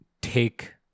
take